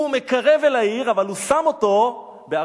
הוא מקרב אל העיר, אבל הוא שם אותו בהר-הזיתים,